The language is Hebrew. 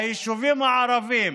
היישובים הערביים